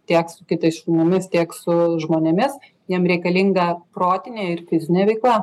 tiek su kitais šunimis tiek su žmonėmis jam reikalinga protinė ir fizinė veikla